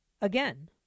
again